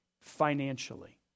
financially